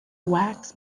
wax